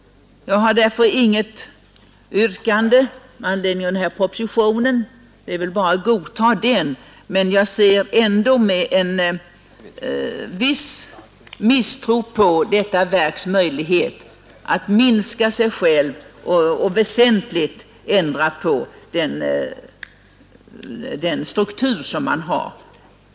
Jag har därför inget annat yrkande i anledning av den föreliggande propositionen än utskottets — det är väl bara att godta den, men jag ser med en viss misstro på materielverkets möjlighet att minska sig självt och väsentligt ändra på sin struktur.